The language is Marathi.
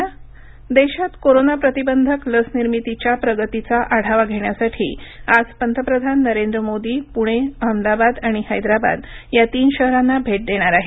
पंतप्रधान देशात कोरोना प्रतिबंधक लस निर्मितीच्या प्रगतीचा आढावा घेण्यासाठी आज पंतप्रधान नरेंद्र मोदी पुणेअहमदाबाद आणि हैद्राबाद या तीन शहरांना भेट देणार आहेत